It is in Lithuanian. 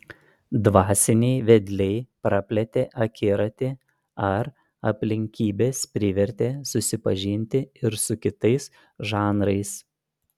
dvasiniai vedliai praplėtė akiratį ar aplinkybės privertė susipažinti ir su kitais žanrais